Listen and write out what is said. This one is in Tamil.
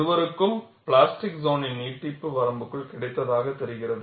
இருவருக்கும் பிளாஸ்டிக் சோனின் நீட்டிப்பு வரம்புக்குள் கிடைத்ததாக தெரிகிறது